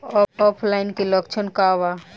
ऑफलाइनके लक्षण क वा?